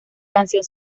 canción